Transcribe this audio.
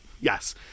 Yes